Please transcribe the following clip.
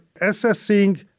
assessing